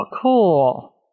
cool